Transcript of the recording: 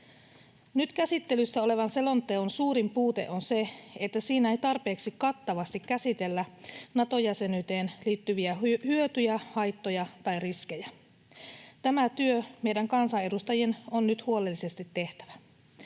Nyt käsittelyssä olevan selonteon suurin puute on se, että siinä ei tarpeeksi kattavasti käsitellä Nato-jäsenyyteen liittyviä hyötyjä, haittoja tai riskejä. Tämä työ meidän kansanedustajien on nyt huolellisesti tehtävä.